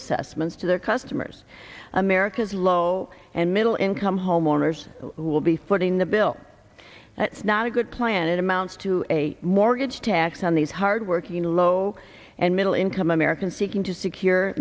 assessments to their customers america's low and middle income homeowners who will be footing the bill it's not a good plan it amounts to a mortgage tax on these hardworking low and middle income americans seeking to secure